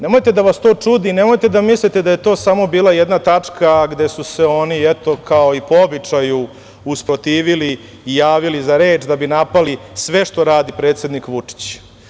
Nemojte da vas to čudi i nemojte da mislite da je to samo bila jedna tačka gde su se oni kao i po običaju usprotivili i javili za reč da bi napali sve što radi predsednik Vučić.